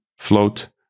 Float